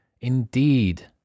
Indeed